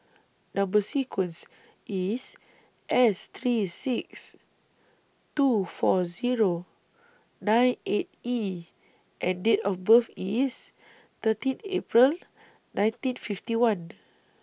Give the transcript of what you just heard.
Number sequence IS S three six two four Zero nine eight E and Date of birth IS thirteen April nineteen fifty one